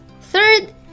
Third